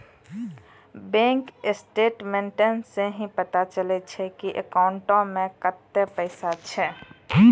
bank statements सं ही पता चलै छै की अकाउंटो मे कतै पैसा छै